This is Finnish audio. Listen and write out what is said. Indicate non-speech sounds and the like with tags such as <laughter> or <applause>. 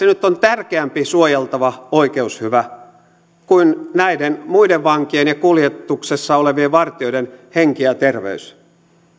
<unintelligible> nyt on tärkeämpi suojeltava oikeushyvä kuin näiden muiden vankien ja kuljetuksessa olevien vartijoiden henki ja terveys